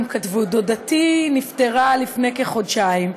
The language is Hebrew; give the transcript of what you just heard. הם כתבו: דודתי נפטרה לפני כחודשיים.